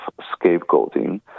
scapegoating